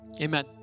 Amen